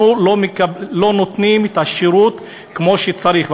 לנו לא נותנים את השירות כמו שצריך,